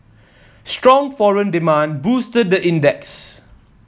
strong foreign demand boosted the index